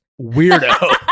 weirdo